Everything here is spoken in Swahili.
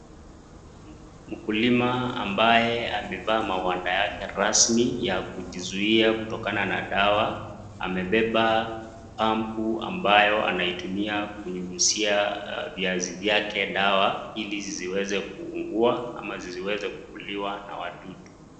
Mkulima ambaye amevaa mawanda yake rasmi ya kujizuia kutokana na dawa amebeba pampu ambayo anaitumia kunyunyizia viazi vyake dawa ili zisiweze kuugua ama zisiweze kukuliwa na wadudu.